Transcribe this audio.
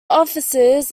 offices